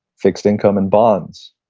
fixed income, and bonds,